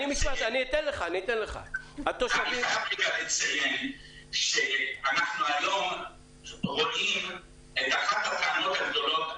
אני חייב לציין שאנחנו לא רואים את אחת הטענות הגדולות.